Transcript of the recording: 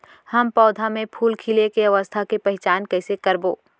हम पौधा मे फूल खिले के अवस्था के पहिचान कईसे करबो